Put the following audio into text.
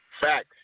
Facts